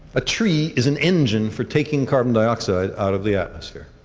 a tree is an engine for taking carbon dioxide out of the atmosphere.